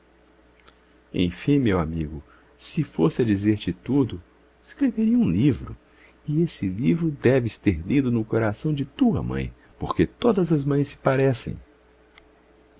enfim meu amigo se fosse a dizer-te tudo escreveria um livro e esse livro deves ter lido no coração de tua mãe porque todas as mães se parecem